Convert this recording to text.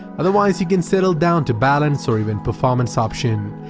otherwise, you can settle down to balanced or even performance option,